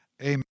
Amen